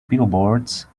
billboards